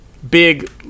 big